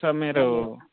sir మీరు